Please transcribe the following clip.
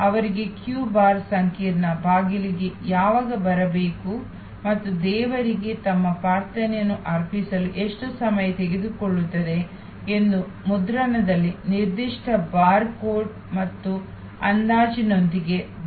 ಅವರಿಗೆ ಸರದಿ ಬಾರ್ ಸಂಕೀರ್ಣ ಬಾಗಿಲಿಗೆ ಯಾವಾಗ ಬರಬೇಕು ಮತ್ತು ದೇವರಿಗೆ ತಮ್ಮ ಪ್ರಾರ್ಥನೆಯನ್ನು ಅರ್ಪಿಸಲು ಎಷ್ಟು ಸಮಯ ತೆಗೆದುಕೊಳ್ಳುತ್ತದೆ ಎಂದು ಮುದ್ರಣದಲ್ಲಿ ನಿರ್ದಿಷ್ಟ ಬಾರ್ ಕೋಡ್ ಮತ್ತು ಅಂದಾಜಿನೊಂದಿಗೆ ಬ್ಯಾಂಡ್ ನೀಡಲಾಗುತ್ತದೆ